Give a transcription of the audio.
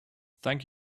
thank